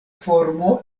formo